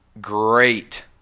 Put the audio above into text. great